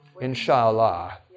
Inshallah